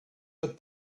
but